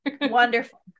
Wonderful